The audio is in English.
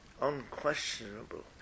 unquestionable